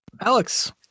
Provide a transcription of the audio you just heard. Alex